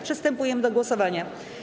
Przystępujemy do głosowania.